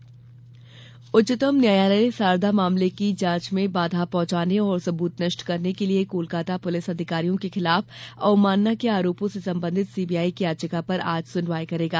न्यायालय सुनवाई उच्चतम न्यायालय सारदा मामले की जांच में बाधा पहुंचाने और सबूत नष्ट करने के लिए कोलकता पुलिस अधिकारियों के खिलाफ अवमानना के आरोपों से संबंधित सीबीआई की याचिका पर आज सुनवाई करेगा